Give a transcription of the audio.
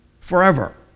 forever